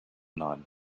none